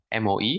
MOE